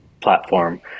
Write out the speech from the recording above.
platform